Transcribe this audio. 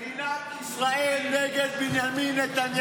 מדינת ישראל נגד בנימין נתניהו.